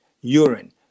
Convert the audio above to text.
urine